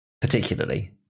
particularly